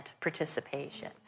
participation